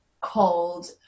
called